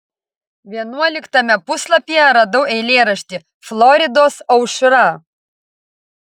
vienuoliktame puslapyje radau eilėraštį floridos aušra